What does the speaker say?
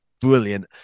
brilliant